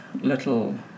little